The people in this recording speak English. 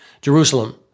Jerusalem